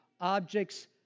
objects